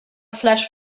flash